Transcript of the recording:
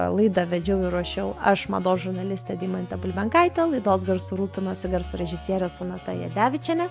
laidą vedžiau ir ruošiau aš mados žurnalistė deimantė bulbenkaitė laidos garsu rūpinosi garso režisierė sonata jadevičienė